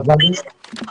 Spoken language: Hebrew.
ונכון לעכשיו אין לנו